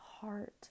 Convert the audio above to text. heart